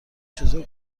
چطور